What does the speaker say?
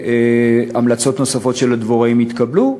ושהמלצות נוספות של הדבוראים יתקבלו,